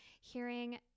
hearing